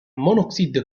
monoxyde